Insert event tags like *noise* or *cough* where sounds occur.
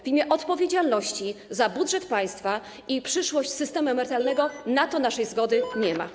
W imię odpowiedzialności za budżet państwa i przyszłość systemu emerytalnego na to naszej zgody *noise* nie ma.